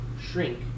shrink